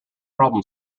problem